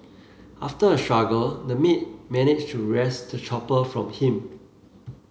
after a struggle the maid managed to wrest the chopper from him